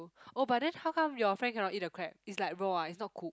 oh but then how come your friend cannot eat the crab it's like raw ah it's not cooked